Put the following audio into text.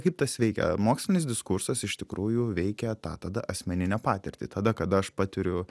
kaip tas veikia mokslinis diskursas iš tikrųjų veikia tą tada asmeninę patirtį tada kada aš patiriu